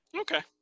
okay